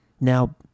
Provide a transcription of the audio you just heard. Now